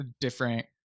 different